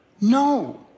No